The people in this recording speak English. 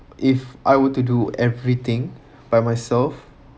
if I were to do everything by myself